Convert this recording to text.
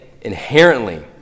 inherently